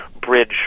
bridge